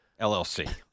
LLC